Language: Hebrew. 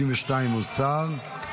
הוסרה.